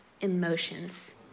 emotions